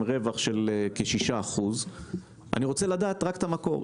רווח של כ-6% אני רוצה לדעת רק את המקור.